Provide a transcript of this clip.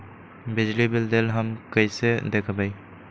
बिजली बिल देल हमन कईसे देखब?